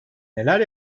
neler